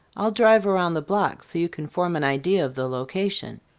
i'll drive around the block, so you can form an idea of the location.